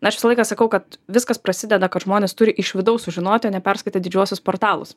aš visą laiką sakau kad viskas prasideda kad žmonės turi iš vidaus sužinoti neperskaitę didžiuosius portalus